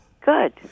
Good